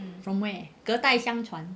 from where 隔代相传